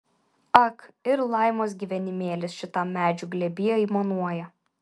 ak ir laimos gyvenimėlis šitam medžių glėby aimanuoja